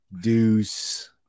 Deuce